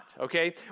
Okay